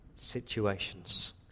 situations